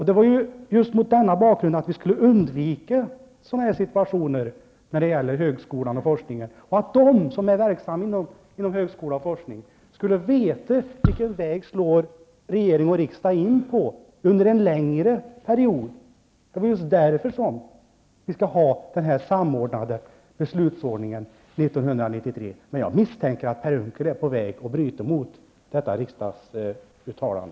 Det var ju just för att undvika sådana här situationer när det gäller högskolan och forskningen och för att de som är verksamma inom högskola och forskning skulle veta vilken väg regering och riksdag för en längre period kommer att slå in på, som vi skulle ha denna samordnade beslutsordning 1993. Men jag misstänker att Per Unckel är på väg att bryta mot detta riksdagsuttalande.